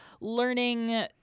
learning